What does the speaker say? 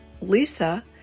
lisa